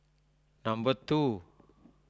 number two